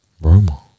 Roma